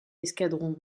escadron